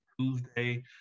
Tuesday